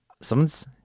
someone's